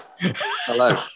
hello